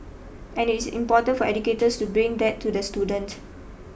and it is important for educators to bring that to the student